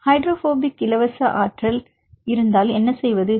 எனவே ஹைட்ரஜன் பிணைப்பு இலவச ஆற்றல் இருந்தால் எப்படி செய்வது